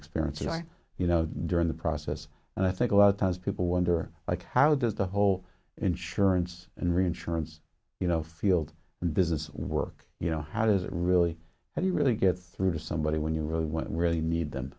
experiences you know during the process and i think a lot of times people wonder like how does the whole insurance and reinsurance you know field business work you know how does it really if you really get through to somebody when you really really need them